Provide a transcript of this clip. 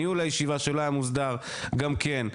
ניהול הישיבה שלו היה מוסדר גם כן,